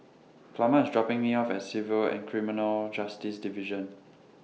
Plummer IS dropping Me off At Civil and Criminal Justice Division